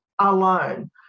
alone